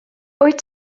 wyt